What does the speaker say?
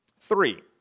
Three